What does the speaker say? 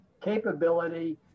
capability